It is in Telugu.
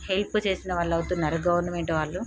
హెల్ప్ చేసిన వాళ్ళు అవుతున్నారు గవర్నమెంట్ వాళ్ళు